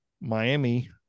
Miami